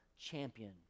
champion